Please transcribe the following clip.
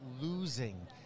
losing